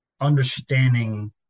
understanding